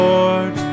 Lord